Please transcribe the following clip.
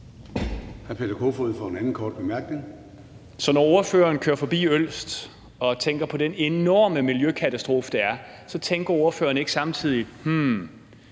Peter Kofod (DF): Så når ordføreren kører forbi Ølst og tænker på den enorme miljøkatastrofe, det er, tænker ordføreren ikke samtidig: Hm,